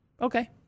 Okay